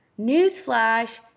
newsflash